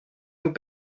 nous